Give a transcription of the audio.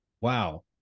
Wow